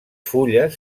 fulles